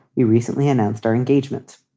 we recently announced our engagement.